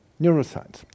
neuroscience